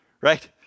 right